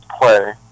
play